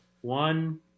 One